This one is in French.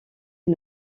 est